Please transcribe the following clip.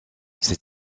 ses